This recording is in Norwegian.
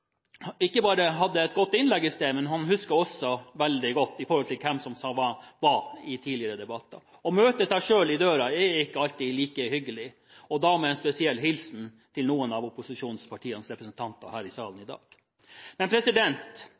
ikke bare et godt innlegg i sted, men han husket også veldig godt hvem som sa hva i tidligere debatter. Å møte seg selv i døren er ikke alltid like hyggelig, dette med en spesiell hilsen til noen av opposisjonspartienes representanter her i salen i dag.